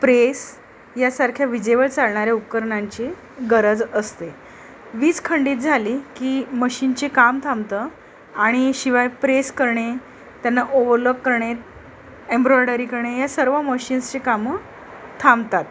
press यासारख्या विजेवर चालणाऱ्या उपकरणांची गरज असते वीज खंडित झाली की मशीनची काम थांबतं आणि शिवाय प्रेस करणे त्यांना ओवलोक करणे एम्ब्रॉयडरी करणे या सर्व मशीन्सची कामं थांबतात